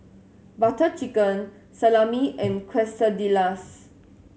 Butter Chicken Salami and Quesadillas